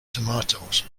tomatoes